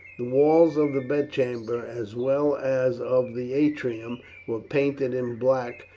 the walls of the bed chambers as well as of the atrium were painted in black,